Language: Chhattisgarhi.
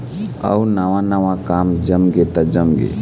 अउ नवा नवा काम जमगे त जमगे